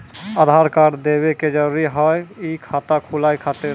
आधार कार्ड देवे के जरूरी हाव हई खाता खुलाए खातिर?